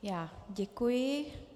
Já děkuji.